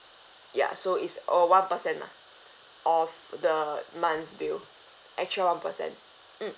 ya so is oh one percent lah of the month's bill extra one percent mm